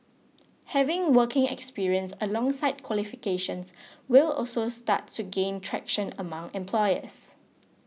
having working experience alongside qualifications will also start to gain traction among employers